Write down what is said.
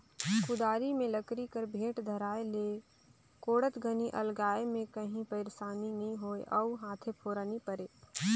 कुदारी मे लकरी कर बेठ धराए ले कोड़त घनी अलगाए मे काही पइरसानी नी होए अउ हाथे फोरा नी परे